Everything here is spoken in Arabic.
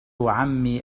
عمي